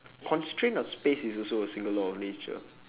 constraints of space is also a single law of nature